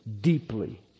deeply